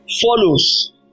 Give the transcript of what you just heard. follows